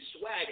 Swag